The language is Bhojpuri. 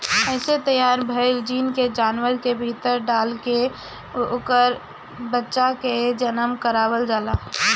एसे तैयार भईल जीन के जानवर के भीतर डाल के उनकर बच्चा के जनम करवावल जाला